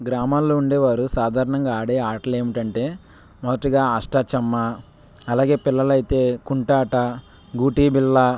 గ్రామాల్లో ఉండేవారు సాధారణంగా ఆడే ఆటలు ఏమిటి అంటే మొదటగా అష్టాచమ్మా అలాగే పిల్లలు అయితే కుంటి ఆట గూటీ బిళ్ళా